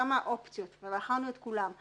כמה אופציות ובחנו את כולן.